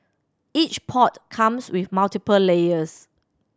each pot comes with multiple layers